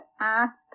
ask